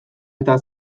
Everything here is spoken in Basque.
eta